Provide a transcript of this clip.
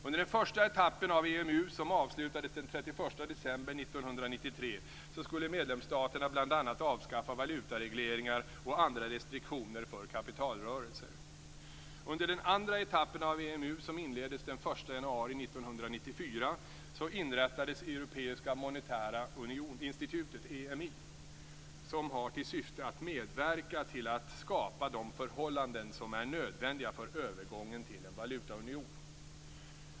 Under den första etappen av EMU, som avslutades den 31 december 1993, skulle medlemsstaterna bl.a. avskaffa valutaregleringar och andra restriktioner för kapitalrörelser. Under den andra etappen av Europeiska monetära institutet, EMI, som har till syfte att medverka till att skapa de förhållanden som är nödvändiga för övergången till en valutaunion.